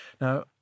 Now